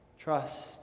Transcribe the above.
Trust